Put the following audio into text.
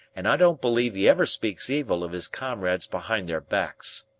and i don't believe he ever speaks evil of his comrades behind their backs.